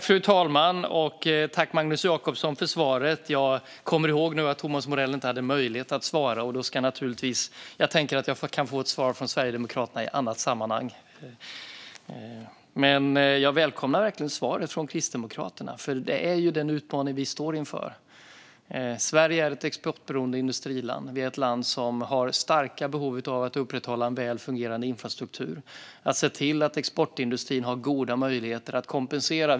Fru talman! Tack, Magnus Jacobsson, för svaret! Jag kommer ihåg nu att Thomas Morell inte hade möjlighet att svara, men jag tänker att jag kan få ett svar från Sverigedemokraterna i ett annat sammanhang. Jag välkomnar verkligen svaret från Kristdemokraterna, för det är den utmaningen som vi står inför. Sverige är ett exportberoende industriland. Vi är ett land som har starka behov av att upprätthålla en väl fungerande infrastruktur och se till att exportindustrin har goda möjligheter att kompensera.